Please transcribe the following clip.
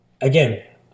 again